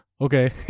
Okay